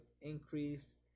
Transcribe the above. increase